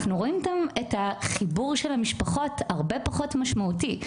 אנחנו רואים את החיבור של המשפחות הרבה פחות משמעותי,